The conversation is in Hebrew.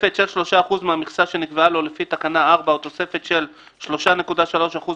" תוספת של 3 אחוז מהמכסה שנקבעה לו לפי תקנה 4 או תוספת של 3.3 אחוז